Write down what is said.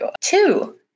Two